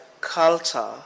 culture